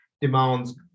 demands